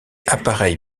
appareil